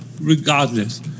regardless